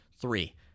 three